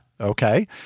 Okay